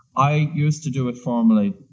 i used to do it formally.